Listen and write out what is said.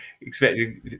expecting